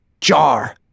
jar